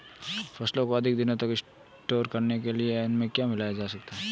फसलों को अधिक दिनों तक स्टोर करने के लिए उनमें क्या मिलाया जा सकता है?